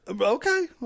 Okay